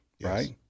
right